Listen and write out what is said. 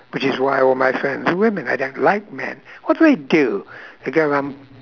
which is why all my friends are women I don't like men what do they do together